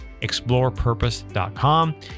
explorepurpose.com